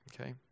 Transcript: okay